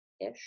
ish